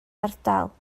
ardal